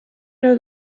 know